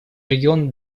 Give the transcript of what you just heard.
регион